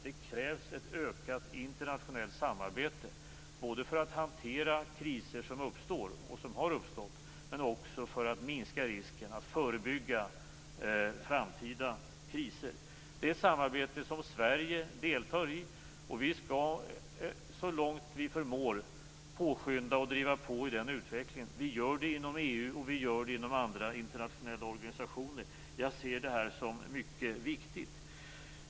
Det krävs ett ökat internationellt samarbete, både för att hantera de kriser som uppstår och har uppstått och för att minska risken för och förebygga framtida kriser. Detta är ett samarbete som Sverige deltar i, och vi skall så långt vi förmår påskynda och driva på denna utveckling. Vi gör det inom EU, och vi gör det inom andra internationella organisationer. Jag ser det här som mycket viktigt.